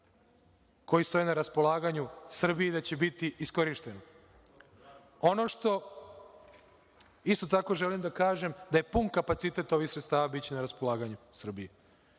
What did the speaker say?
koji stoje na raspolaganju Srbiji, da će biti iskorišćena. Ono što, isto tako želim da kažem, da pun kapacitet ovih sredstava biće na raspolaganju Srbiji.